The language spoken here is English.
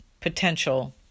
potential